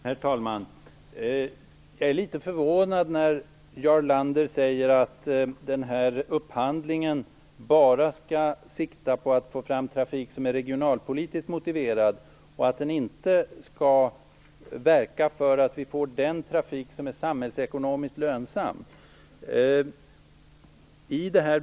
Herr talman! Jag blir litet förvånad när Jarl Lander säger att upphandlingen bara skall sikta på att få fram trafik som är regionalpolitiskt motiverad och att den inte skall verka för en trafik som är samhällsekonomiskt lönsam.